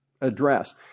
address